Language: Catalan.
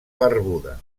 barbuda